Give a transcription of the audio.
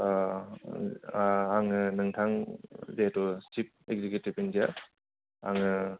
आङो नोंथां जिहैथु सिफ एक्जिकिउटिभ इन्जियार आङो